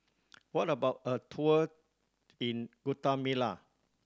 how about a tour in Guatemala